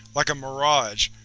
like a mirage.